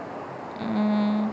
um